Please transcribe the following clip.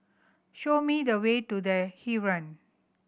show me the way to The Heeren